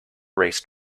race